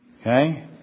okay